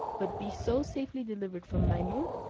but be so safely delivered from maimoun,